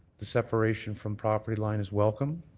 the separation from property line is welcome.